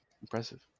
impressive